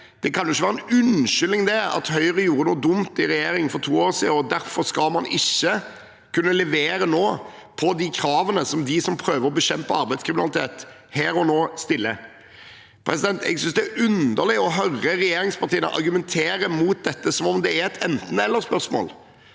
Det kan ikke være en unnskyldning at Høyre gjorde noe dumt i regjering for to år siden, og derfor skal man ikke nå kunne levere på de kravene de som prøver å bekjempe arbeidskriminalitet her og nå, stiller. Jeg synes det er underlig å høre regjeringspartiene argumentere mot dette som om det er et enten–ellerspørsmål.